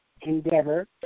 endeavor